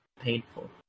painful